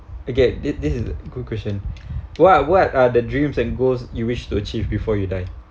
okay this this is a good question what what are the dreams and goals you wish to achieve before you die